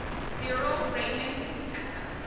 cyril raymond contessa